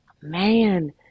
man